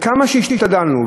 כמה שהשתדלנו,